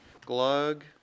Glug